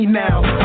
now